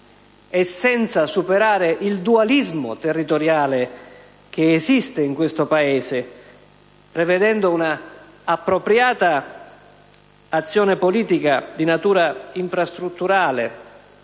senza superare il dualismo territoriale che esiste in questo Paese, che richiede una appropriata azione politica di natura infrastrutturale,